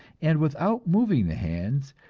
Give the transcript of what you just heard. and without moving the hands,